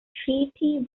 treaty